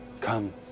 come